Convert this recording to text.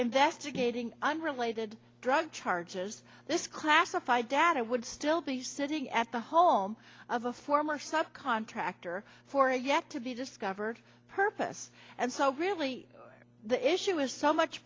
investigating unrelated drug charges this classified data would still be sitting at the home of a former sub contractor for yet to be discovered purpose and so really the issue is so much